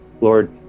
Lord